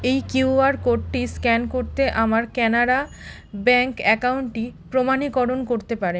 এই কিউআর কোডটি স্ক্যান করতে আমার কানাড়া ব্যাঙ্ক অ্যাকাউন্টটি প্রমাণীকরণ করতে পারেন